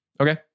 Okay